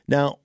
Now